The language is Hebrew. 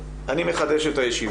בשעה 09:56.) אני מחדש את הישיבה.